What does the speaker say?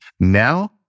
Now